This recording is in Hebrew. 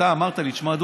אתה אמרת לי: תשמע,